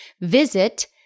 Visit